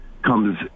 comes